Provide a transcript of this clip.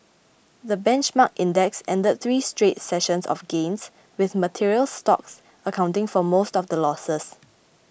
the benchmark index ended three straight sessions of gains with materials stocks accounting for most of the losses